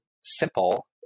simple